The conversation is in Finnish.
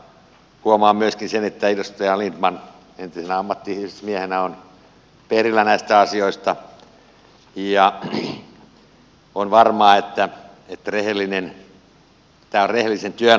huomaa myöskin sen että edustaja lindtman entisenä ammattiyhdistysmiehenä on perillä näistä asioista ja on varmaa että tämä on rehellisen työnantajan etu